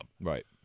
Right